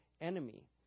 enemy